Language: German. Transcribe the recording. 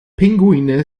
pinguine